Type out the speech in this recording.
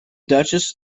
duchess